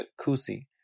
kusi